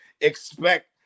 expect